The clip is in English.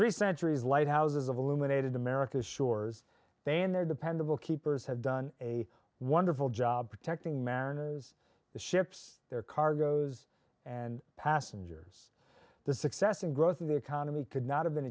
three centuries lighthouses of illuminated america's shores they and their dependable keepers have done a wonderful job protecting mariners the ships their cargoes and passengers the success and growth of the economy could not have been